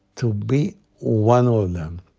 to be one ah of them.